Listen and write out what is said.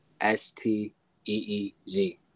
S-T-E-E-Z